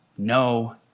No